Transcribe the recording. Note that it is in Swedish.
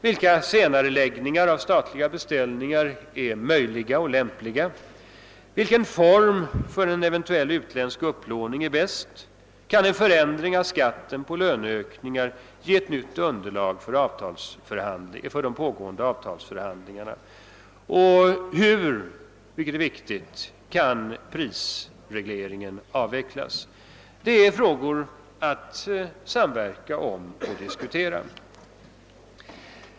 Vilka senareläggningar av statliga beställningar är möjliga och lämpliga? Vilken form för en eventuell utländsk upplåning är bäst? Kan en förändring av skatten på löneökningar ge ett nytt underlag för de pågående avtalsförhandlingarna? Hur, vilket är viktigt, kan prisregleringen avvecklas? Detta är frågor att samverka om och diskutera.